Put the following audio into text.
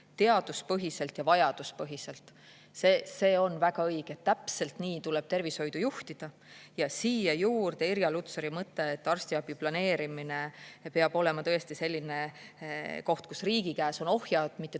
teaduspõhiselt ja vajaduspõhiselt. See on väga õige, täpselt nii tuleb tervishoidu juhtida. Ja siia juurde Irja Lutsari mõte, et arstiabi planeerimine peab olema tõesti selline koht, kus riigi käes on ohjad, mitte